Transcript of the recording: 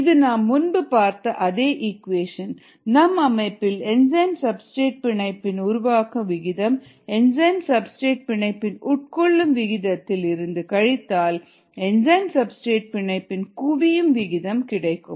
இது நாம் முன்பு பார்த்த அதே ஈக்குவேஷன் நம் அமைப்பில் என்சைம் சப்ஸ்டிரேட் பிணைப்பின் உருவாக்கும் விகிதம் என்சைம் சப்ஸ்டிரேட் பிணைப்பின் உட்கொள்ளும் விகிதத்தில் இருந்து கழித்தால் என்சைம் சப்ஸ்டிரேட் பிணைப்பின் குவியும் விகிதம் கிடைக்கும்